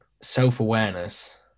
self-awareness